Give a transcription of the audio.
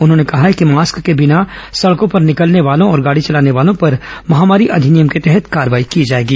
उन्होंने कहा है कि मास्क के बिना सड़कों पर निकलने वालों और गाड़ी चलाने वालों पर महामारी अधिनियम के तहत कार्रवाई की जाएगी